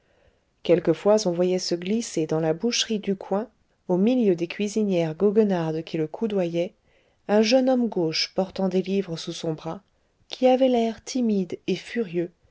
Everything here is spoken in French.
quelquefois on voyait se glisser dans la boucherie du coin au milieu des cuisinières goguenardes qui le coudoyaient un jeune homme gauche portant des livres sous son bras qui avait l'air timide et furieux